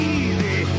easy